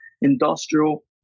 industrial